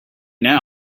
right